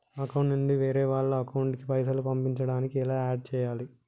నా అకౌంట్ నుంచి వేరే వాళ్ల అకౌంట్ కి పైసలు పంపించడానికి ఎలా ఆడ్ చేయాలి?